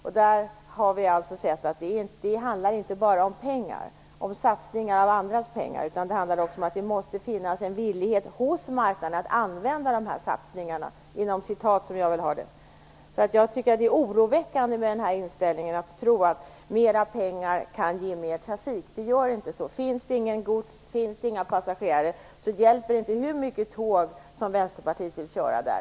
Vi har sett att det inte bara handlar om pengar, och satsningar av andras pengar, utan att det också handlar om att det måste finnas en villighet hos marknaden att använda dessa "satsningar". Jag tycker att det är oroväckande när man tror att mer pengar kan ge mer trafik. Det gör inte det. Finns det inget gods och inga passagerare hjälper det inte hur många tomma tåg Västerpartiet vill köra där.